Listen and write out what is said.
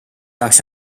ajaks